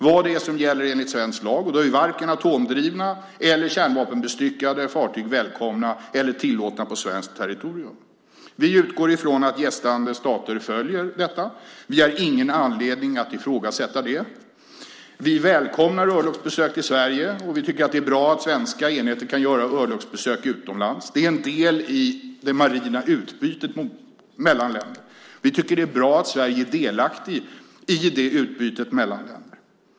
Enligt vad som gäller i Sverige är varken atomdrivna eller kärnvapenbestyckade fartyg välkomna eller tillåtna på svenskt territorium. Vi utgår från att gästande stater följer detta. Vi har ingen anledning att ifrågasätta det. Vi välkomnar örlogsbesök i Sverige, och vi tycker att det är bra att svenska enheter kan göra örlogsbesök utomlands. Det är en del i det marina utbytet mellan länder. Vi tycker att det är bra att Sverige är delaktigt i det utbytet mellan länder.